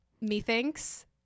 Methinks